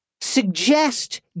suggest